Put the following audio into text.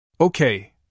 Okay